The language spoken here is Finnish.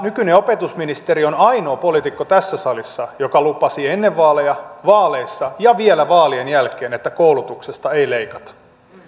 nykyinen opetusministeri on ainoa poliitikko tässä salissa joka lupasi ennen vaaleja vaaleissa ja vielä vaalien jälkeen että koulutuksesta ei leikata